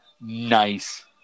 nice